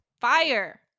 Fire